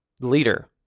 leader